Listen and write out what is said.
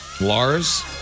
Lars